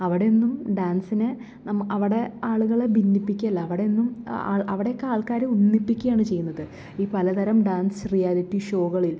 അവിടെയൊന്നും ഡാൻസിനെ അവിടെ ആളുകളെ ഭിന്നിപ്പിക്കല്ലല്ല അവിടെയൊന്നും അവിടൊക്കെ ആൾക്കാരെ ഒന്നിപ്പിക്കുകയാണ് ചെയ്യുന്നത് ഈ പലതരം ഡാൻസ് റിയാലിറ്റി ഷോകളിൽ